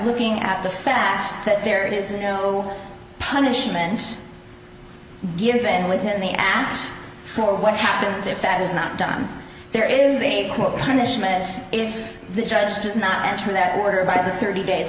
looking at the fact that there is no punishment given within the act for what happens if that is not done there is a bit more punishment if the judge does not answer that word by the city days